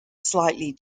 slightly